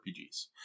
RPGs